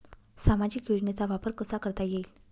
सामाजिक योजनेचा वापर कसा करता येईल?